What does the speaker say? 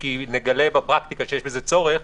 כי נגלה בפרקטיקה שיש בזה צורך,